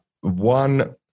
one